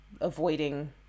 avoiding